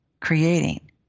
creating